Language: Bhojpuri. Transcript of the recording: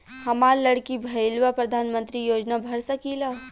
हमार लड़की भईल बा प्रधानमंत्री योजना भर सकीला?